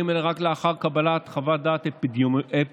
האלה רק לאחר קבלת חוות דעת אפידמיולוגית,